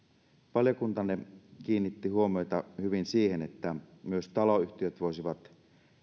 valiokuntanne kiinnitti huomiota hyvin siihen että myös taloyhtiöt voisivat